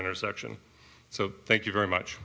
intersection so thank you very much